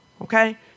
okay